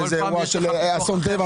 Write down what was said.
אירוע של אסון טבע,